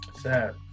Sad